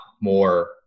more